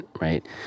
right